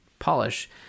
polish